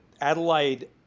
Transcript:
Adelaide